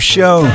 Show